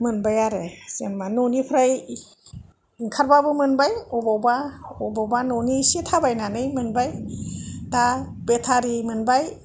मोनबाय आरो जेनोबा न'निफ्राय ओंखारबाबो मोनबाय अबावबा अबावबा न'नि एसे थाबायनानै मोनबाय बा बेथारि मोनबाय